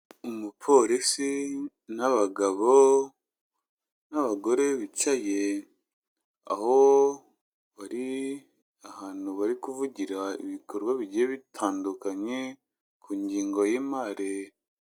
Umupolisi n'abagabo n'abagore bicaye, aho bari ahantu bari kuvugira ibikorwa bigiye bitandukanye, ku ngingo y'imari.